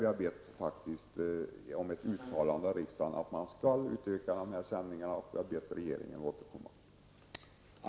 Vi har faktiskt bett om ett uttalande av riksdagen om att man skall utöka de här sändningarna, och vi har bett regeringen återkomma.